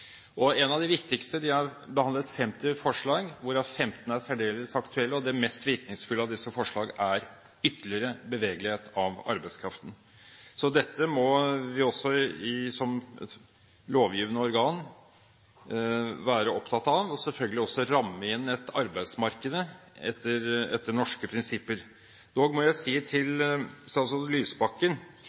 De har behandlet 50 forslag, hvorav 15 er særdeles aktuelle. Det mest virkningsfulle av disse forslagene er ytterligere bevegelighet av arbeidskraften. Dette må vi som lovgivende organ være opptatt av og selvfølgelig også ramme inn arbeidsmarkedet etter norske prinsipper. Dog må jeg si til statsråd Lysbakken